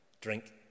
drink